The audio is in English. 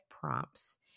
prompts